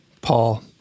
Paul